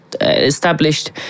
established